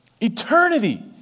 Eternity